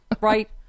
right